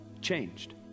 Changed